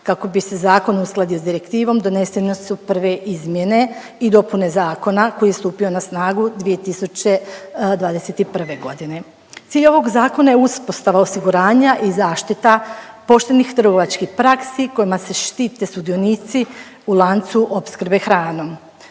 Kako bi se zakon uskladio s direktivom, donesene su prve izmjene i dopune zakona koji je stupio na snagu 2021. g. Cilj ovog Zakona je uspostava osiguranja i zaštita poštenih trgovačkih praksi kojima se štite sudionici u lancu opskrbe hranom.